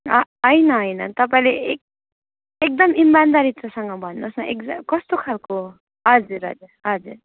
ह होइन होइन तपाईँले एक एकदम इमान्दारितासँग भन्नुहोस् न एक्ज कस्तो खालको हजुर हजुर हजुर